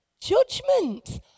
judgment